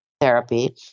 therapy